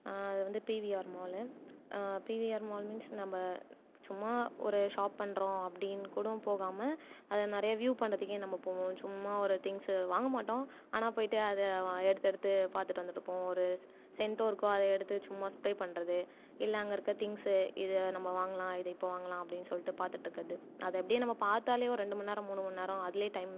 அதை வந்து PVR mall PVR mall means நம்ம சும்மா ஒரு ஷாப் பண்ணுறோம் அப்படின்னு கூடும் போகாமல் அதை நிறைய வியூ பண்ணுறத்துக்கே நம்ம போவோம் சும்மா ஒரு திங்க்ஸு வாங்க மாட்டோம் ஆனால் போயிட்டு அதை வ எடுத்து எடுத்து பார்த்துட்டு வந்துட்டுருப்போம் ஒரு ஸ் சென்ட்டும் இருக்கும் அதை எடுத்து சும்மா ஸ்ப்ரே பண்ணுறது இல்லை அங்கே இருக்கற திங்க்ஸு இது நம்ம வாங்கலாம் இது இப்போ வாங்கலாம் அப்படின்னு சொல்லிட்டு பார்த்துட்ருக்கறது அதை அப்படியே நம்ம பார்த்தாலே ஒரு ரெண்டு மணி நேரம் மூணு மணி நேரம் அதுலேயே டைம்